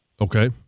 Okay